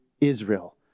Israel